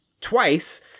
twice